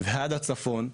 ועד הצפון.